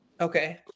Okay